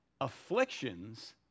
Afflictions